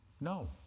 No